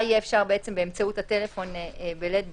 יהיה אפשר באמצעות הטלפון בלית ברירה.